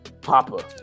Papa